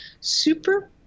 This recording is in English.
super